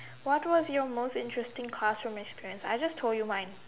what was your most interesting classroom experience I just told you mine